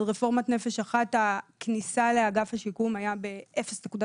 עד רפורמת 'נפש אחת' הכניסה לאגף השיקום היה ב-0.8%,